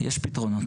הבחירות.